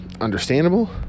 understandable